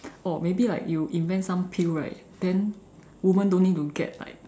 oh maybe like you invent some pill right then woman don't need to get like